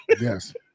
yes